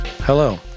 Hello